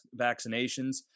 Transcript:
vaccinations